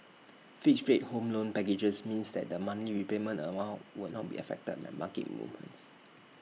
fixed fate home loan packages means that the monthly repayment amount will not be affected by market movements